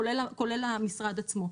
כולל המשרד עצמו.